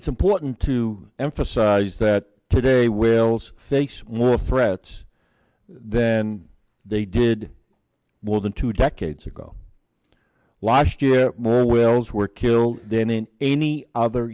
it's important to emphasize that today whales face more threats then they did more than two decades ago last year more whales were killed then in any other